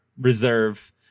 reserve